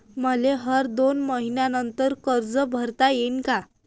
मले हर दोन मयीन्यानंतर कर्ज भरता येईन का?